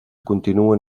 continuen